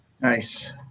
Nice